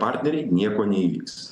partneriai nieko neįvyks